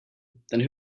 then